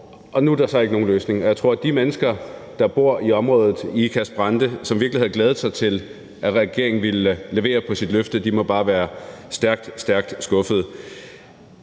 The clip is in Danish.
og nu er der så ikke nogen løsning. Jeg tror, at de mennesker, der bor i området Ikast-Brande, som virkelig havde glædet mig til, at regeringen ville levere på sit løfte, bare må være stærkt, stærkt skuffede.